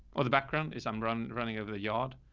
or the background is, i'm running, running over the yard.